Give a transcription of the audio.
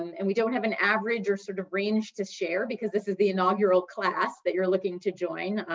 and we don't have an average or sort of range to share, because this is the inaugural class that you're looking to join.